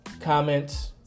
comments